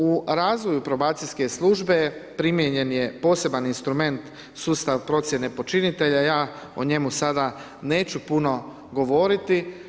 U razvoju probacijske službe, primijenjen je poseban instrument sustav procjene počinitelja, ja o njemu sada neću puno govoriti.